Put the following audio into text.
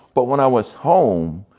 but when i was home,